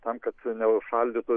tam kad neužšaldytų